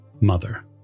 mother